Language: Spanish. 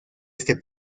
este